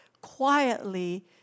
quietly